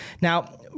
Now